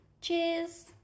cheers